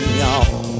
y'all